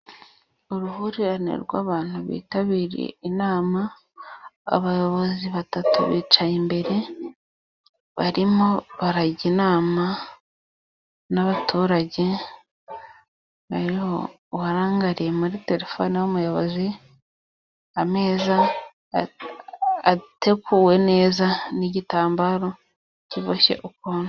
Uruhurirane rw'abantu bitabiriye inama, abayobozi batatu bicaye imbere, barimo barajya inama n'abaturage, hariho uwarangariye muri telefoni y' umuyobozi, ameza ateguwe neza, n'igitambaro kiboshye ukuntu.